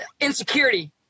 insecurity